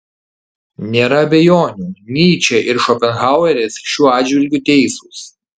nėra abejonių nyčė ir šopenhaueris šiuo atžvilgiu teisūs